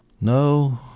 No